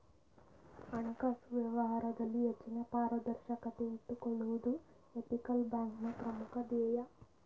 ಹಣಕಾಸು ವ್ಯವಹಾರದಲ್ಲಿ ಹೆಚ್ಚಿನ ಪಾರದರ್ಶಕತೆ ಇಟ್ಟುಕೊಳ್ಳುವುದು ಎಥಿಕಲ್ ಬ್ಯಾಂಕ್ನ ಪ್ರಮುಖ ಧ್ಯೇಯ